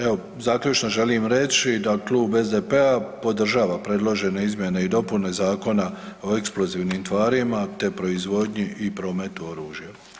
Evo zaključno želim reći da Klub SDP-a podržava predložene izmjene i dopune Zakona o eksplozivnim tvarima, te proizvodnji i prometu oružjem.